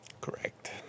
Correct